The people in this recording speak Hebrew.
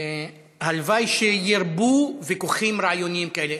הלוואי שירבו ויכוחים רעיוניים כאלה.